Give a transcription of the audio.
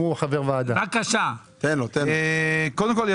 קודם כול,